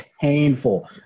painful